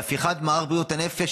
בהפיכת מערך בריאות הנפש,